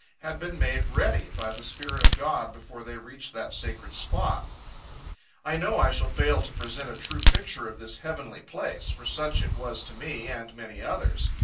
had been made ready, by the spirit of god before they reached that sacred spot i know, i shall fail to present a true picture of this heavenly place for such it was to me, and many others.